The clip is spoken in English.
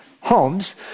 homes